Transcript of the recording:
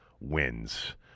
wins